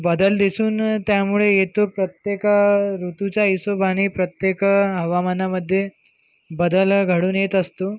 बदल दिसून त्यामुळे येतो प्रत्येक ऋतूच्या हिशोबाने प्रत्येक हवामानामध्ये बदल घडून येत असतो